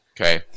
Okay